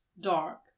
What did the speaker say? dark